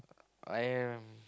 I have